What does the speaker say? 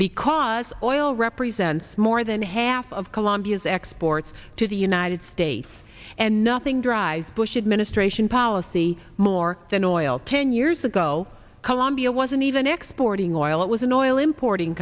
because oil represents more than half of colombia's exports to the united states and nothing drives bush administration policy more than oil ten years ago colombia wasn't even exporting oil it was an oil importing